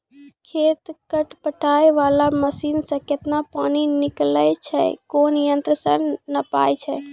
खेत कऽ पटाय वाला मसीन से केतना पानी निकलैय छै कोन यंत्र से नपाय छै